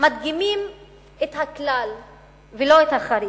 מדגימים את הכלל ולא את החריג.